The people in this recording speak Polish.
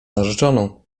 narzeczoną